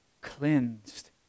cleansed